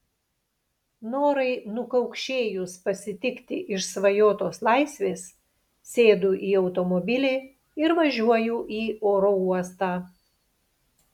norai nukaukšėjus pasitikti išsvajotos laisvės sėdu į automobilį ir važiuoju į oro uostą